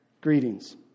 Greetings